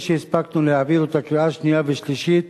שהספקנו להעביר את הקריאה השנייה והשלישית,